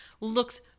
looks